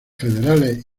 federales